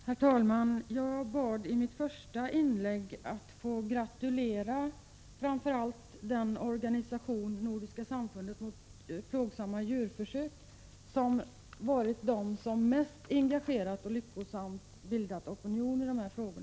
Herr talman! Jag bad i mitt första inlägg att få gratulera framför allt den organisation, Nordiska samfundet mot plågsamma djurförsök, som mest engagerat och lyckosamt bildat opinion i dessa frågor.